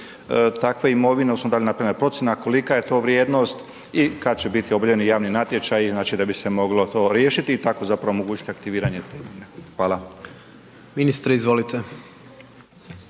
takve imovine odnosno da li je napravljena procjena, kolika je to vrijednost i kad će biti objavljeni javni natječaji, znači da bi se moglo to riješiti i tako zapravo omogućiti aktiviranje te imovine? Hvala. **Jandroković,